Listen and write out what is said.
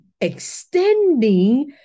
extending